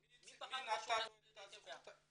מי בחר בו לנציג יהודי אתיופיה?